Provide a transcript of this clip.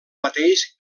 mateix